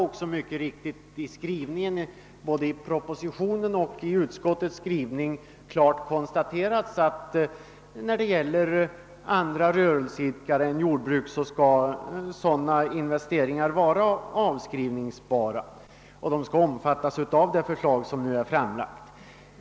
Av skrivningen i såväl propositionen som i utskottets betänkande framgår klart att investeringar som görs av andra rörelseidkare än jordbrukare skall vara avskrivningsbara och omfattas av det förslag som har framlagts.